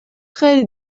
خیلی